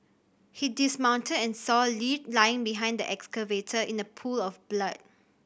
he dismounted and saw Lee lying behind the excavator in a pool of blood